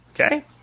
okay